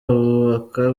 abubaka